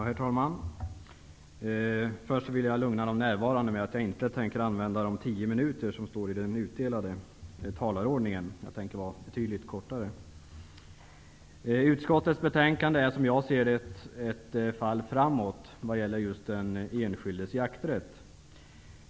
Herr talman! Jag vill först lugna de närvarande och säga att jag inte tänker använda de tio minuter jag är uppsatt för på talarlistan. Mitt anförande blir betydligt kortare. Utskottets betänkande är, som jag ser det, ett fall framåt vad gäller den enskildes jakträtt.